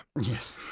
Yes